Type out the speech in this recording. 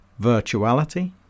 virtuality